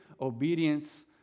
obedience